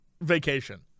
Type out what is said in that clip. vacation